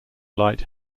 light